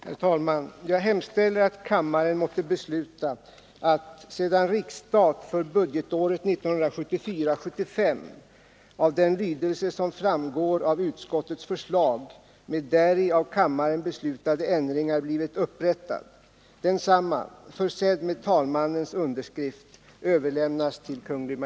Herr talman! Jag hemställer att kammaren måtte besluta att — sedan riksstat för budgetåret 1974/75 av den lydelse som framgår av utskottets förslag med däri av kammaren beslutade ändringar blivit upprättad — densamma, försedd med talmannens underskrift, överlämnas till Kungl.